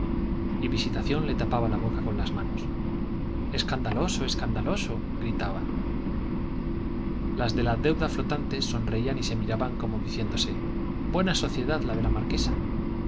y visitación le tapaba la boca con las manos escandaloso escandaloso gritaba las de la deuda flotante sonreían y se miraban como diciéndose buena sociedad la de la marquesa el